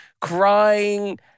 crying